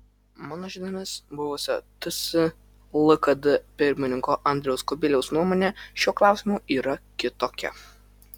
mano žiniomis buvusio ts lkd pirmininko andriaus kubiliaus nuomonė šiuo klausimu yra kitokia